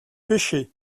pêchaient